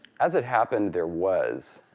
as it happened, there was.